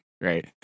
right